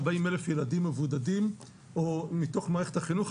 אלף ילדים מבודדים מתוך מערכת החינוך.